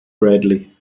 bradley